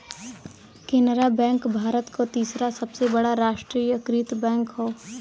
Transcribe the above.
Canara bank Bharat क तीसरा सबसे बड़ा राष्ट्रीयकृत बैंक हौ